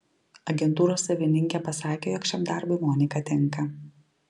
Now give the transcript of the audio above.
agentūros savininkė pasakė jog šiam darbui monika tinka